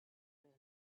was